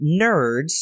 nerds